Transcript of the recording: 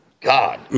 God